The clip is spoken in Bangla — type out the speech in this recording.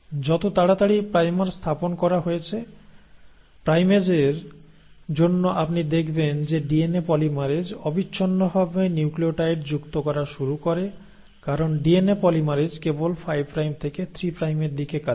যত তাড়াতাড়ি প্রাইমার স্থাপন করা হয়েছে প্রাইমেশের জন্য আপনি দেখবেন যে ডিএনএ পলিমারেজ অবিচ্ছিন্নভাবে নিউক্লিয়োটাইড যুক্ত করা শুরু করে কারণ ডিএনএ পলিমারেজ কেবল 5 প্রাইম থেকে 3 প্রাইমের দিকে কাজ করে